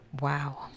Wow